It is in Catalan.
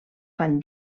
fan